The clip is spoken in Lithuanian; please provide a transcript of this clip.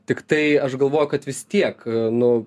tiktai aš galvoju kad vis tiek nu